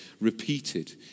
repeated